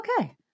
okay